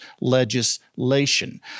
legislation